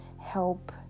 help